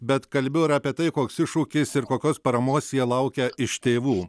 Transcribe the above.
bet kalbėjo ir apie tai koks iššūkis ir kokios paramos jie laukia iš tėvų